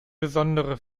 besondere